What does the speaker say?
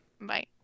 bye